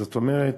זאת אומרת,